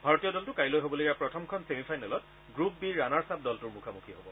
ভাৰতীয় দলটো কাইলৈ হ'বলগীয়া প্ৰথমখন ছেমি ফাইনেলত গ্ৰুপ বিৰ ৰাণাৰ্ছ আপ দলটোৰ মুখামুখি হব